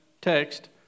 text